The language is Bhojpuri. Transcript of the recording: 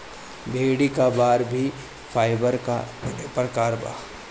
भेड़ी क बार भी फाइबर क एक प्रकार बा